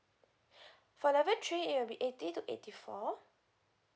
for level three it'll be eighty to eighty four